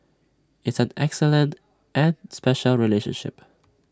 it's an excellent and special relationship